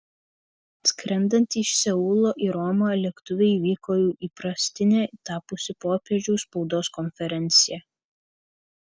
skrendant iš seulo į romą lėktuve įvyko jau įprastine tapusi popiežiaus spaudos konferencija